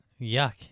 Yuck